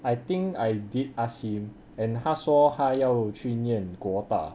I think I did ask him and 他说他要去念国大